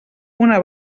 una